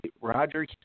Roger